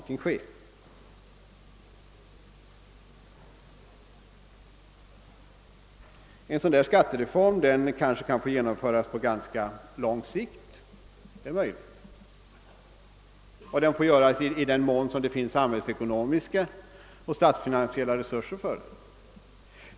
Det är möjligt att en sådan skattereform får genomföras på ganska lång sikt. Klart är också att man kan genomföra den bara i den mån det finns samhällsekonomiska och statsfinansiella resurser för det.